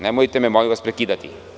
Nemojte me, molim vas, prekidati.